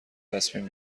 تصمیم